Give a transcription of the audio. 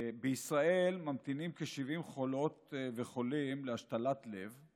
בישראל ממתינים כ-70 חולות וחולים להשתלת לב.